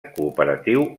cooperatiu